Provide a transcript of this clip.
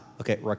okay